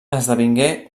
esdevingué